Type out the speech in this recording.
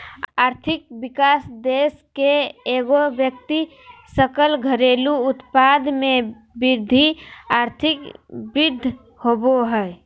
आर्थिक विकास देश के एगो व्यक्ति सकल घरेलू उत्पाद में वृद्धि आर्थिक वृद्धि होबो हइ